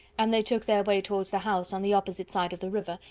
and they took their way towards the house on the opposite side of the river,